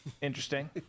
Interesting